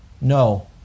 No